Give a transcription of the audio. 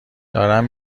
دارم